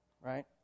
Right